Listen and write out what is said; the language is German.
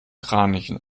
kranichen